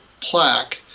plaque